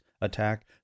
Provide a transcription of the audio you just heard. attack